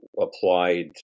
applied